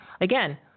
Again